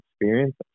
experience